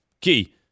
key